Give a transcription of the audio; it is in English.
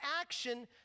action